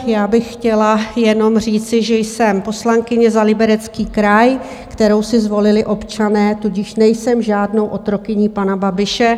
Já bych chtěla jenom říci, že jsem poslankyně za Liberecký kraj, kterou si zvolili občané, tudíž nejsem žádnou otrokyní pana Babiše.